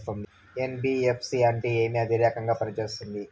NBFC అంటే ఏమి అది ఏ రకంగా పనిసేస్తుంది